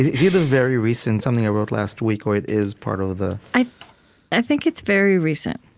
either very recent, something i wrote last week, or it is part of the, i i think it's very recent